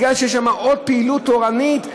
מכיוון שיש שם עוד פעילות תורנית,